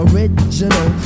Original